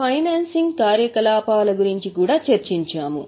financing కార్యకలాపాల గురించి కూడా చర్చించాము